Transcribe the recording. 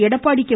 Edappadi K